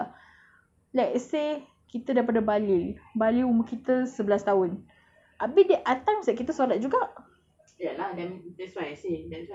like I cannot imagine like okay lah let's say kita daripada baligh baligh umur kita sebelas tahun habis that at times kita solat juga